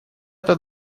это